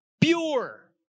pure